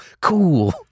cool